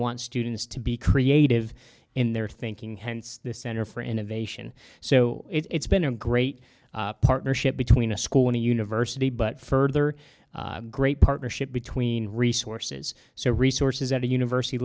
want students to be creative in their thinking hence the center for innovation so it's been a great partnership between a school and a university but further great partnership between resources so resources at the university